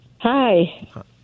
Hi